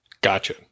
Gotcha